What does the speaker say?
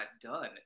done